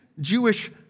Jewish